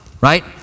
right